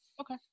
Okay